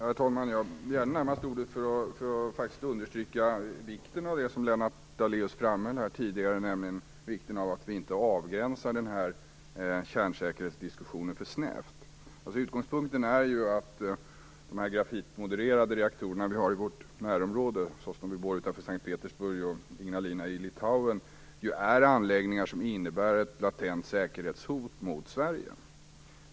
Herr talman! Jag begärde ordet närmast för att understryka vikten av det som Lennart Daléus tidigare framhöll, nämligen att vi inte avgränsar kärnsäkerhetsdiskussionen för snävt. Utgångspunkten är ju att de grafitmodererade reaktorer som vi har i vårt närområde, Sosnovyj Bor utanför S:t Petersburg och Ignalina i Litauen, är anläggningar som innebär ett latent säkerhetshot mot Sverige.